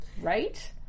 right